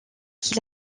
qui